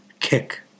kick